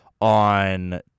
on